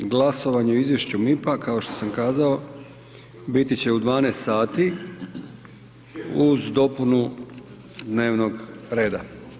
Glasovanje o izvješću MIP-a kao što sam kazao, biti će u 12 sati uz dopunu dnevnog reda.